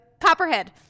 copperhead